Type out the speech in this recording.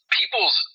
people's